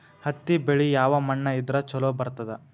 ಹತ್ತಿ ಬೆಳಿ ಯಾವ ಮಣ್ಣ ಇದ್ರ ಛಲೋ ಬರ್ತದ?